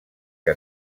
que